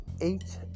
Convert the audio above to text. eight